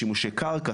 שימושי קרקע,